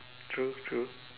true true